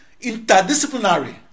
interdisciplinary